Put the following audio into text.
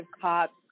cops